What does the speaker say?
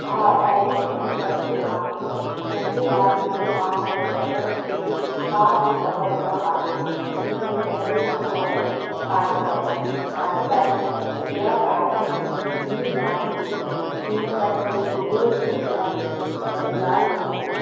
हा अहिड़ियूं घणियूं हस्तियूं आहिनि जंहिंजे बारे में आम पर्यटकनि खे का बि ख़बर न आहे जिन में पहिरियों नालो आहे काली बाई काली बाई तेरहं साल जी भील न्याणी हुई हिन पंहिंजे गुरूअ जी रक्षा में बलिदान ॾिनो हो